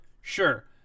sure